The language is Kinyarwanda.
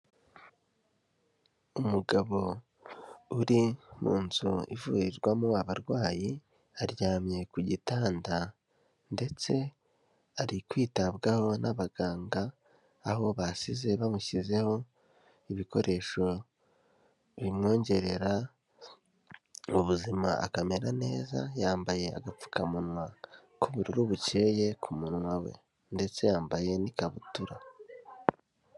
Umugabo uri mu nzu ivurirwamo abarwayi, aryamye ku gitanda ndetse ari kwitabwaho n'abaganga aho basize bamushyizeho ibikoresho bimwongerera ubuzima akamera neza, yambaye agapfukamunwa k'ubururu bukeyeye ku munwa we ndetse yambaye n'ikabutura.